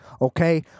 okay